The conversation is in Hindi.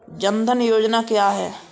जनधन योजना क्या है?